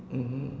mmhmm